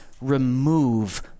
remove